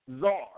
czar